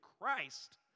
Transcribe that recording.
Christ